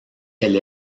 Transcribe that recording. elle